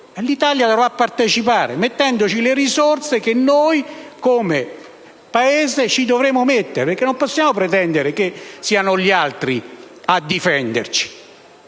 l'Italia dovrà partecipare con le risorse che noi come Paese dovremo mettere, perché non possiamo pretendere che siano gli altri a difenderci.